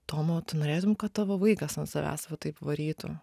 toma o tu norėtum kad tavo vaikas ant savęs va taip varytų